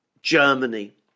Germany